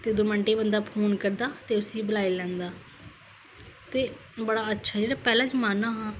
ते दौ मिन्टे च बंदा फोन करदा ते उसी बुलाई लेंदा ते बड़ा अच्छा जेहडा पहला जमाना हा